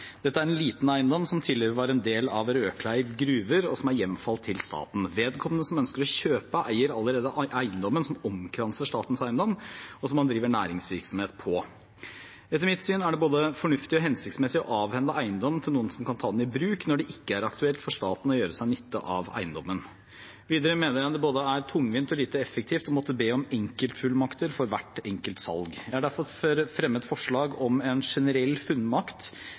Dette er en liten eiendom som tidligere var en del av Rødkleiv gruve, og som er hjemfalt til staten. Vedkommende som ønsker å kjøpe, eier allerede eiendommen som omkranser statens eiendom, og som han driver næringsvirksomhet på. Etter mitt syn er det både fornuftig og hensiktsmessig å avhende eiendom til noen som kan ta den i bruk, når det ikke er aktuelt for staten å gjøre seg nytte av eiendommen. Videre mener jeg det er både tungvint og lite effektivt å måtte be om enkeltfullmakter for hvert enkelt salg. Jeg har derfor fremmet forslag om en generell